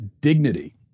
Dignity